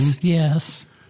Yes